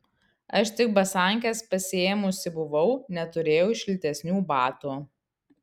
aš tik basankes pasiėmusi buvau neturėjau šiltesnių batų